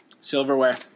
silverware